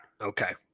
Okay